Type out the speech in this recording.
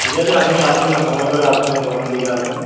ঠিক আছে আপনি আসুন না সময় করে আসবেন দোকান দিকে আসবেন